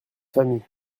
famille